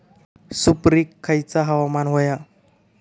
सुपरिक खयचा हवामान होया?